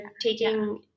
taking